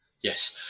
yes